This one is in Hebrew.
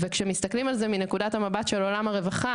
וכשמסתכלים על זה מנקודת המבט של הרווחה,